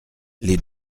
les